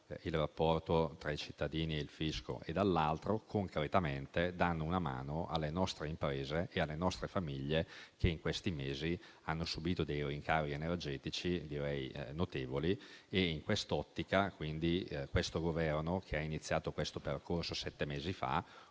il rapporto tra i cittadini e il fisco e, dall'altro, danno concretamente una mano alle nostre imprese e alle nostre famiglie, che in questi mesi hanno subito rincari energetici notevoli. In quest'ottica il Governo, che ha iniziato il proprio percorso sette mesi fa,